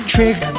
trick